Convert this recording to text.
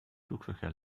flugverkehr